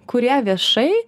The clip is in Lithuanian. kurie viešai